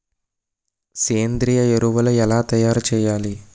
సేంద్రీయ ఎరువులు ఎలా తయారు చేయాలి?